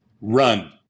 run